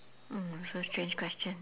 mm so strange question